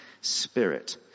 spirit